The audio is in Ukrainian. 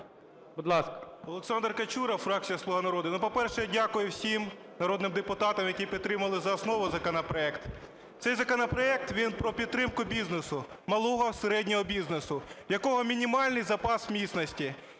Олександр Качура, фракція "Слуга народу". Ну, по-перше, дякую всім народним депутатам, які підтримали за основу законопроект. Цей законопроект - він про підтримку бізнесу, малого і середнього бізнесу, в якого мінімальний запас міцності.